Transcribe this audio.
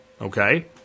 okay